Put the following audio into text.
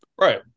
Right